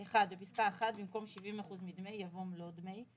1. (1)בפסקה (1) במקום "70% מדמי" יבוא "מלוא דמי";